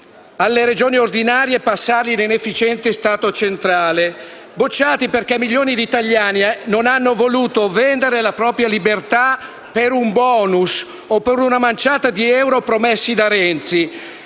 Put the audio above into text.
alle Regioni ordinarie e passarli all'inefficiente Stato centrale. Bocciati perché milioni di italiani non hanno voluto vendere la propria libertà per un *bonus* o per una manciata di euro promessi da Renzi,